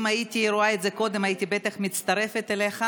אם הייתי רואה את זה קודם בטח הייתי מצטרפת אליך.